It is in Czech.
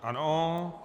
Ano.